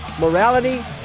morality